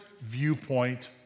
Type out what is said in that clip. viewpoint